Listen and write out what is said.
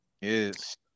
Yes